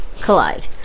collide